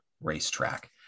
racetrack